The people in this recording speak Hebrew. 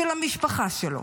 של המשפחה שלו,